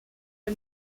for